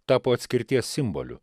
tapo atskirties simboliu